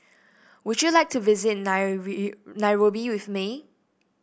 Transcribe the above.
would you like to visit Nairobi with me